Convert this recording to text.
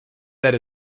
that